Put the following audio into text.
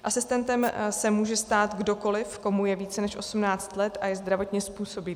Asistentem se může stát kdokoliv, komu je více než 18 let a je zdravotně způsobilý.